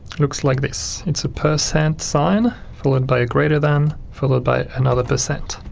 looks like this it's a percent sign, followed by a greater than, followed by another percent.